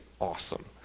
awesome